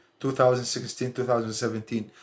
2016-2017